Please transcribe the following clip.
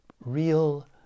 real